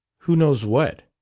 who knows what?